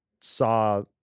saw